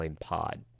Pod